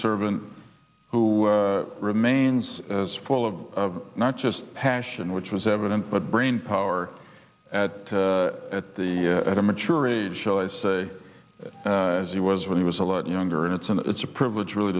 servant who remains as full of not just passion which was evident but brain power at at the at a mature age shall i say as he was when he was a lot younger and it's and it's a privilege really